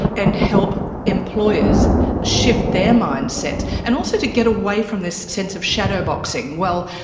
and help employers shift their mindset, and also to get away from this sense of shadowboxing well,